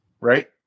Right